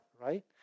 right